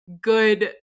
good